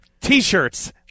t-shirts